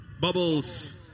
Bubbles